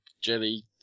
jelly